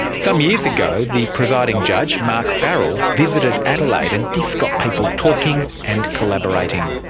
some years ago, the presiding judge, mark farrell visited adelaide and this got people talking and collaborating.